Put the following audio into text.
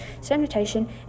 sanitation